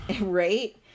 right